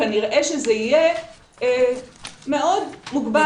כנראה שזה יהיה מאוד מוגבל,